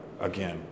again